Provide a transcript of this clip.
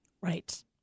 Right